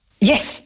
yes